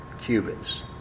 cubits